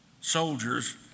soldiers